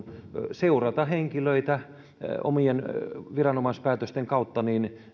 seurata henkilöitä omien viranomaispäätösten kautta